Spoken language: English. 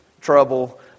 trouble